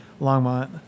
Longmont